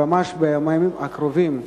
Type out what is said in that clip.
שממש בימים הקרובים,